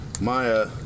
Maya